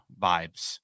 vibes